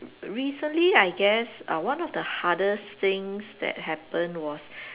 recently I guess uh one of the hardest things that happened was